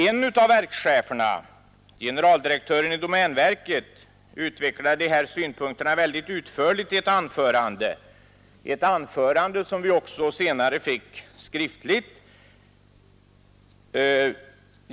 En av verkscheferna, generaldirektören i domänverket, utvecklade detta mycket utförligt i ett anförande som vi senare fick skriftligt.